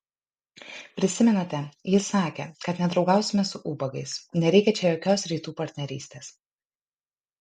prisimenate ji sakė kad nedraugausime su ubagais nereikia čia jokios rytų partnerystės